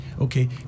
okay